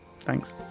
Thanks